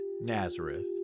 Nazareth